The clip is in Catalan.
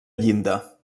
llinda